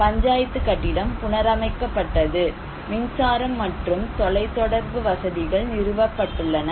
பஞ்சாயத்து கட்டிடம் புனரமைக்கப்பட்டது மின்சாரம் மற்றும் தொலைத்தொடர்பு வசதிகள் நிறுவப்பட்டுள்ளன